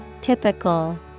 Typical